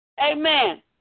Amen